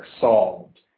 Solved